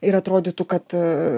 ir atrodytų kad